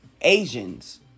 Asians